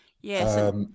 Yes